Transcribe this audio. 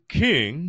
king